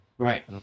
Right